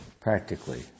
practically